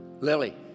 Lily